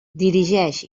dirigeix